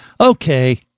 Okay